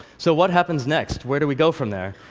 so what happens next? where do we go from there?